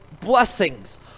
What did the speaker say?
blessings